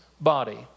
body